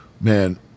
Man